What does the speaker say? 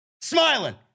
Smiling